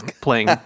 playing